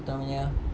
apa tu namanya